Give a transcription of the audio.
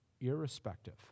irrespective